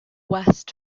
west